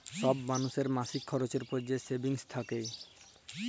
ছব মালুসের মাসিক খরচের পর যে সেভিংস থ্যাকে